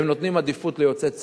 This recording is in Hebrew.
הם נותנים עדיפות ליוצאי צבא.